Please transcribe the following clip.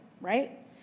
Right